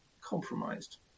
compromised